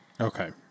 Okay